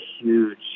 huge